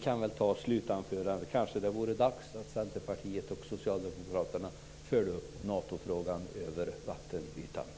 Kanske vore det dags för Centerpartiet och Socialdemokraterna att föra upp Natofrågan över vattenytan.